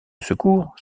secours